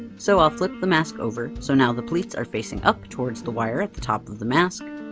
so i'll flip the mask over, so now the pleats are facing up, toward the wire at the top of the mask.